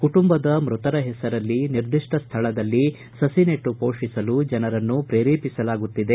ಕುಟುಂಬದ ಮೃತರ ಹೆಸರಲ್ಲಿ ನಿರ್ದಿಷ್ಟ ಸ್ಥಳದಲ್ಲಿ ಸಸಿನೆಟ್ಟು ಮೋಷಿಸಲು ಜನರನ್ನು ಪ್ರೇರೆಪಿಸಲಾಗುತ್ತಿದೆ